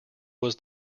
was